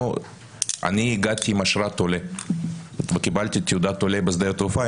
אני הגעתי עם אשרת עולה וקיבלתי תעודת עולה בשדה התעופה,